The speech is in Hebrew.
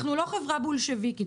אנחנו לא חברה בולשביקית.